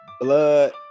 Blood